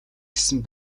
гэсэн